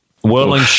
Whirling